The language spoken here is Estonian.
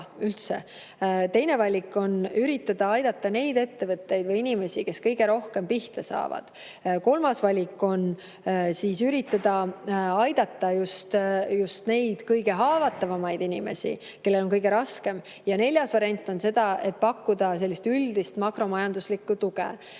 teha. Teine valik on üritada aidata neid ettevõtteid või inimesi, kes kõige rohkem pihta saavad. Kolmas valik on üritada aidata just neid kõige haavatavamaid inimesi, kellel on kõige raskem. Ja neljas variant on see, et pakkuda üldist makromajanduslikku tuge.